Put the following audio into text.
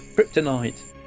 Kryptonite